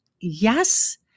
yes